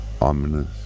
ominous